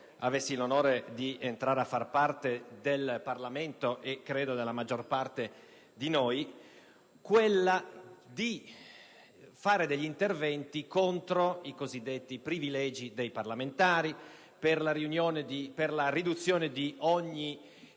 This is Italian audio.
avuto l'onore di entrare a far parte del Parlamento io, come del resto la maggior parte dei miei colleghi - svolgere interventi contro i cosiddetti privilegi dei parlamentari, per la riduzione di ogni